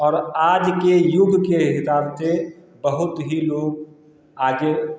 और आज के युग के हिसाब से बहुत ही लोग आगे